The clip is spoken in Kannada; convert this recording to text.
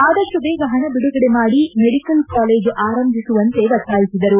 ಆದಷ್ಟು ಬೇಗ ಪಣಬಿಡುಗಡೆ ಮಾಡಿ ಮೆಡಿಕಲ್ ಕಾಲೇಜು ಆರಂಭಿಸುವಂತೆ ಒತ್ತಾಯಿಸಿದರು